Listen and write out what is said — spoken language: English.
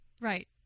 Right